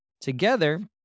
Together